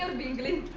bingley